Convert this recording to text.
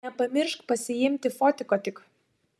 nepamiršk pasiimt fotiko tik